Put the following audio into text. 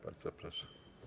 Bardzo proszę.